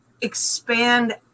expand